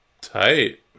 Tight